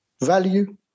Value